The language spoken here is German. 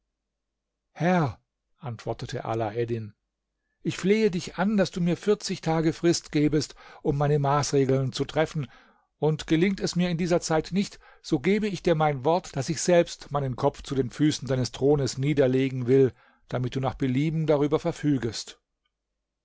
herr antwortete alaeddin ich flehe dich an daß du mir vierzig tage frist gebest um meine maßregeln zu treffen und gelingt es mir in dieser zeit nicht so gebe ich dir mein wort daß ich selbst meinen kopf zu den füßen deines thrones niederlegen will damit du nach belieben darüber verfügest